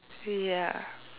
ya